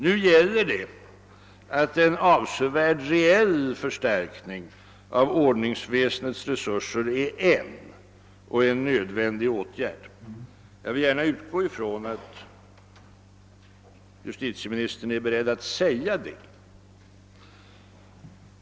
Nu gäller det att en avsevärd reell förstärkning av ordningsväsendets resurser är en nödvändig åtgärd. Jag vill gärna utgå från att justitieministern är beredd att säga det.